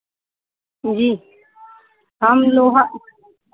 जी हम लोहा